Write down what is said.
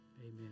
Amen